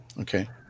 Okay